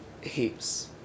heaps